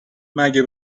مگه